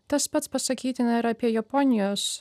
tas pats pasakytina ir apie japonijos